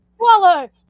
Swallow